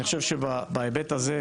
אני חושב שבהיבט הזה,